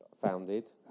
founded